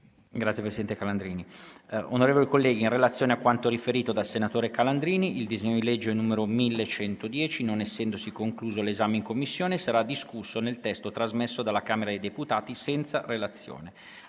apre una nuova finestra"). Onorevoli colleghi, in relazione a quanto riferito dal senatore Calandrini, il disegno di legge n. 1110, non essendosi concluso l'esame in Commissione, sarà discusso nel testo trasmesso dalla Camera dei deputati senza relazione,